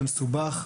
יהיה מסובך,